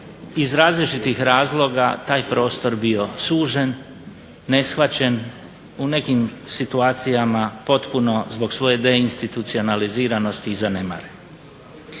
iz različitih razloga taj prostor bio sužen, neshvaćen u nekim situacijama potpuno zbog svoje deinstitucionaliziranosti i zanemaren.